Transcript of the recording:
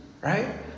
Right